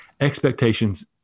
expectations